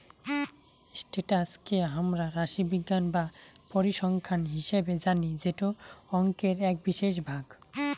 status কে হামরা রাশিবিজ্ঞান বা পরিসংখ্যান হিসেবে জানি যেটো অংকের এক বিশেষ ভাগ